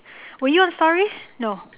were you on stories no